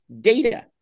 data